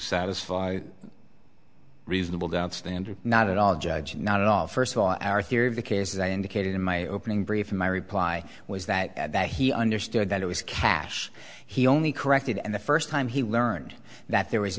satisfy reasonable doubt standard not at all judge not at all first of all our theory of the case as i indicated in my opening brief in my reply was that he understood that it was cash he only corrected and the first time he learned that there was